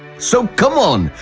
so come on,